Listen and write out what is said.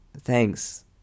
Thanks